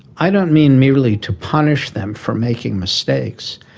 i don't mean merely to punish them for making mistakes,